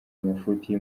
amafuti